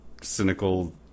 cynical